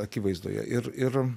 akivaizdoje ir ir